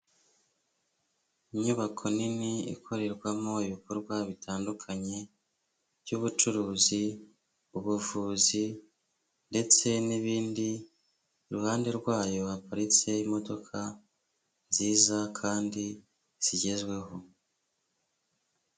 Inyubako nini ikorerwamo ibikorwa bitandukanye by'ubucuruzi, ubuvuzi, ndetse n'ibindi iruhande rwayo haparitse imodoka nziza kandi zigezweho.